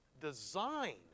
design